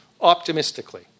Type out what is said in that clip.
Optimistically